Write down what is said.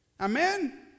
Amen